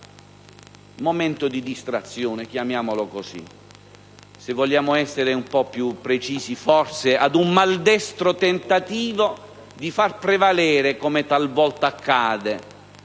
un momento di distrazione, chiamiamolo così, ma se vogliamo essere un po' più precisi forse dovremmo dire ad un maldestro tentativo di far prevalere, come talvolta accade,